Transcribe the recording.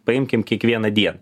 paimkim kiekvieną dieną